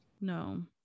No